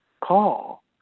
call